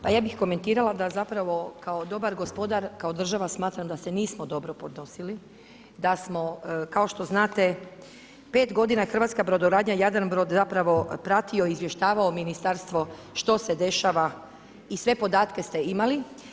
Pa ja bih komentirala da zapravo kao dobar gospodar, kao država, smatram da se nismo dobro odnosili, da smo kao što znate 5 godina je hrvatska brodogradnja Jadranbrod pratio i izvještavao ministarstvo što se dešava i sve podatke ste imali.